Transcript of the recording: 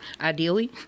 ideally